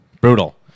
brutal